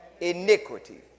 iniquity